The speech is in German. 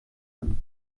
kann